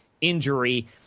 injury